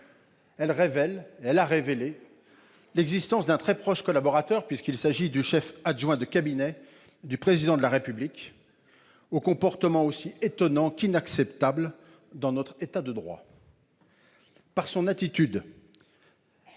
de l'État. Elle a révélé l'existence d'un très proche collaborateur, puisqu'il s'agit du chef adjoint de cabinet du Président de la République, au comportement aussi étonnant qu'inacceptable dans notre État de droit. Par son attitude,